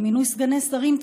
במינוי סגני שרים,